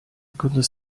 couldn’t